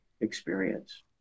experience